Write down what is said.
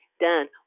done